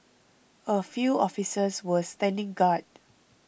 a few officers were standing guard